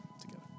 together